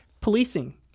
Policing